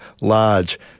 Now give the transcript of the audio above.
large